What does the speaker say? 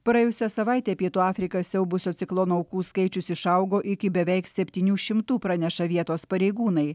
praėjusią savaitę pietų afriką siaubusio ciklono aukų skaičius išaugo iki beveik septynių šimtų praneša vietos pareigūnai